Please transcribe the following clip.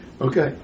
okay